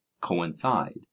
coincide